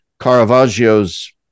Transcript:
Caravaggio's